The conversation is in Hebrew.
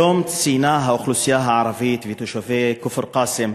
היום ציינו האוכלוסייה הערבית ותושבי כפר-קאסם